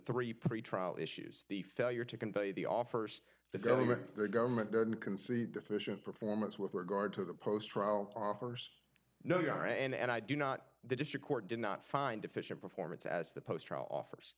three pretrial issues the failure to convey the offers the government the government didn't concede deficient performance with regard to the post trial offers no you're right and i do not the district court did not find efficient performance as the post office